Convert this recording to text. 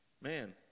man